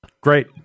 Great